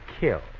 kill